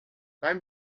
beim